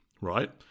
right